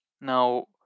now